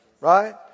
right